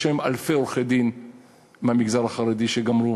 יש היום אלפי עורכי-דין במגזר החרדי שגמרו